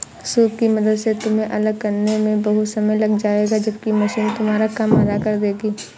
soup की मदद से तुम्हें अलग करने में बहुत समय लग जाएगा जबकि मशीन तुम्हारा काम आधा कर देगी